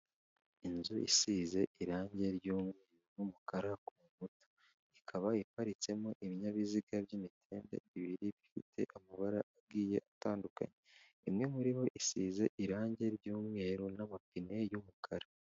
Inzu isize irangi ry'umukara ku nkuta, ikaba iparitsemo ibinyabiziga by'imitende ibiri bifite amabara agiye atandukanye, imwe muri bo isize irangi ry'umweru n'amapine y'umukara.